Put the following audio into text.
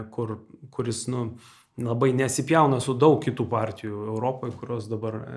kur kuris nu labai nesipjauna su daug kitų partijų europoje kurios dabar